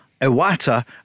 Iwata